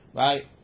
right